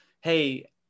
hey